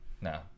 No